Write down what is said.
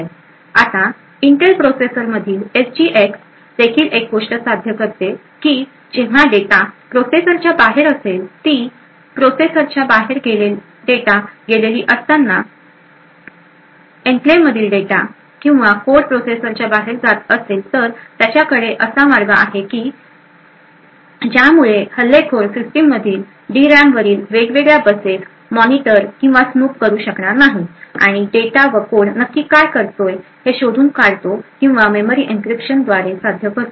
आता इंटेल प्रोसेसरमधील एसजीएक्स देखील एक गोष्ट साध्य करते की जेव्हा डेटा प्रोसेसरच्या च्या बाहेर असेल ती प्रोसेसरच्या बाहेर डेटा गेलेली असताना एन्क्लेव्हमधील डेटा किंवा कोड प्रोसेसरच्या बाहेर जात असेल तर त्याच्याकडे असा मार्ग आहे की ज्यामुळे हल्लेखोर सिस्टीममधील डी रॅमवरील वेगवेगळ्या बसेस मॉनिटर किंवा स्नूप करू शकणार नाही आणि डेटा व कोड नक्की काय करत आहे हे शोधून काढतो किंवा हे मेमरी इंक्रीप्शन द्वारे साध्य करतो